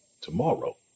tomorrow